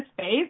space